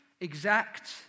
exact